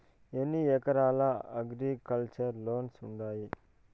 ఎన్ని రకాల agriculture loans ఉండాయి